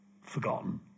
forgotten